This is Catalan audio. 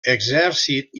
exèrcit